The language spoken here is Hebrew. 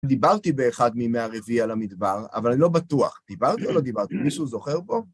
דיברתי באחד מימי הרביעי על המדבר, אבל אני לא בטוח, דיברתי או לא דיברתי, מישהו זוכר פה?